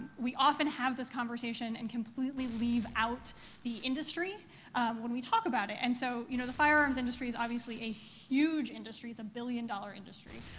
we often have this conversation and completely leave out the industry when we talk about it. and so, you know, the firearms industry is obviously a huge industry. it's a billion-dollar industry.